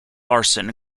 larsen